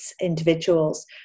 individuals